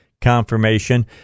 confirmation